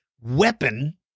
weapon